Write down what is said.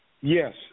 Yes